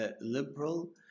liberal